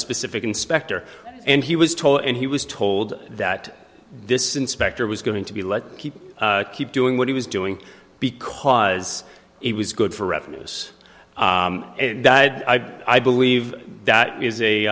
specific inspector and he was told and he was told that this inspector was going to be let keep keep doing what he was doing because it was good for revenues i believe that is a